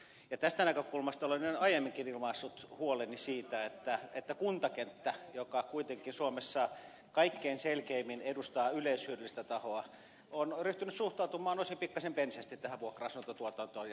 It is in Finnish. ja tästä näkökulmasta olen aiemminkin ilmaissut huoleni siitä että kuntakenttä joka kuitenkin suomessa kaikkein selkeimmin edustaa yleishyödyllistä tahoa on ryhtynyt suhtautumaan osin pikkasen penseästi tähän vuokra asuntotuotantoon ja omistamiseen